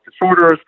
disorders